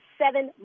seven